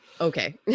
okay